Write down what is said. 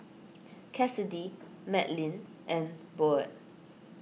Cassidy Madlyn and Boyd